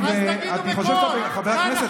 היושב-ראש.